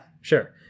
Sure